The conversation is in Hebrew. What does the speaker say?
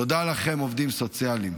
תודה לכם, עובדים סוציאליים,